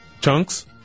Chunks